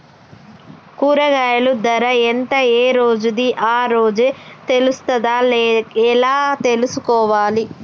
కూరగాయలు ధర ఎంత ఏ రోజుది ఆ రోజే తెలుస్తదా ఎలా తెలుసుకోవాలి?